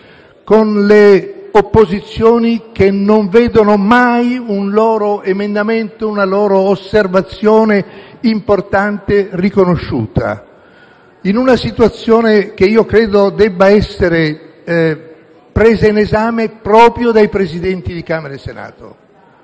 con le opposizioni che non vedono mai un loro emendamento, una loro osservazione importante riconosciuti, in una situazione che io credo debba essere presa in esame proprio dai Presidenti di Camera e Senato.